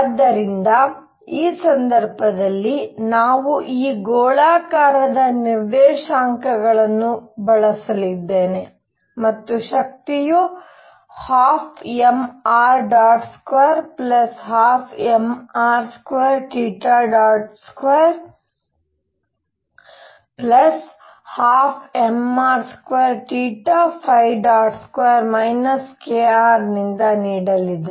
ಆದ್ದರಿಂದ ಈ ಸಂದರ್ಭದಲ್ಲಿ ನಾನು ಈ ಗೋಳಾಕಾರದ ನಿರ್ದೇಶಾಂಕಗಳನ್ನು ಬಳಸಲಿದ್ದೇನೆ ಮತ್ತು ಶಕ್ತಿಯು 12mr212mr2212mr22 kr ನಿಂದ ನೀಡಲಿದೆ